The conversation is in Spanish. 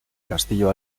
castillo